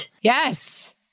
Yes